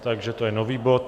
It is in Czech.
Takže to je nový bod.